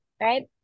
right